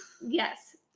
Yes